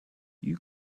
you